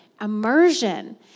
immersion